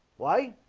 why